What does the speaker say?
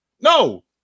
No